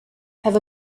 have